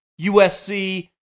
USC